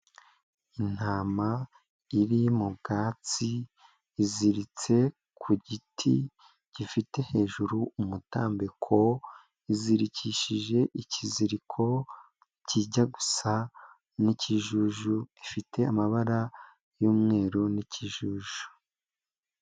Intama iri mu bwatsi iziritse ku giti gifite hejuru umutambiko izirikishije ikiziriko kijya gusa n'ikijuju, ifite amabara y'umweru n'ikijuju.